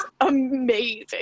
amazing